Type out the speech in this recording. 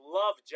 love